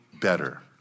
better